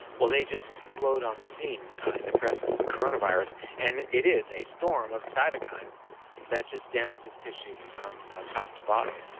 well, they just explode on the scene in the presence of the coronavirus and it is a storm of cytokines that just damages tissues from ah top to bottom.